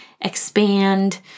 expand